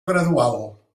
gradual